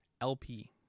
LP